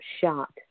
shot